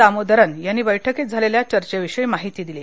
दामोदरन यांनी बैठकीत झालेल्या चर्चेविषयी माहिती दिली